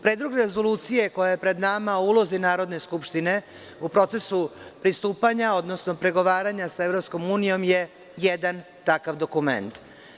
Predlog rezolucije koja je pred nama u ulozi Narodne skupštine u procesu pristupanja, odnosno pregovaranja sa EU je jedan takav dokument.